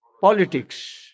politics